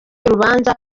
y’urubanza